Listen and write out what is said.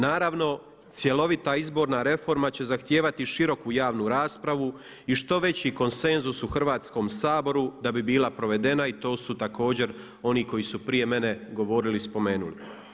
Naravno, cjelovita izborna reforma će zahtijevati široku javnu raspravu i što veći konsenzus u Hrvatskom saboru da bi bila provedena i to su također oni koji su prije mene govorili i spomenuli.